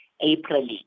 April